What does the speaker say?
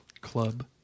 club